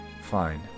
Fine